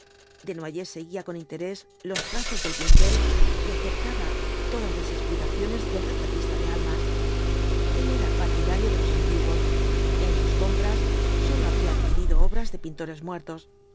desnoyers seguía con interés los trazos del pincel y aceptaba todas las explicaciones del retratista de almas el era partidario de los antiguos en sus compras sólo había adquirido obras de pintores muertos